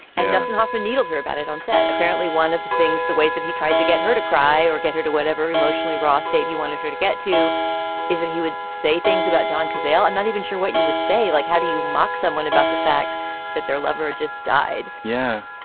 and dustin hoffman needled her about it on set. apparently, one of the things, the ways that he tried to get her to cry or get her to whatever emotionally raw state he wanted her to get to is that he would say things about john cazale. i'm not even sure what you would say. like how do you mock someone about the fact that their lover just died? yeah,